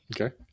Okay